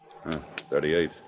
38